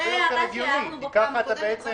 זו הערה שהערנו בפעם הקודמת.